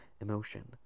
emotion